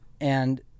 And-